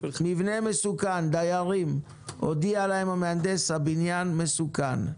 מבנה מסוכן, המהנדס הודיע לדיירים שהמבנה מסוכן.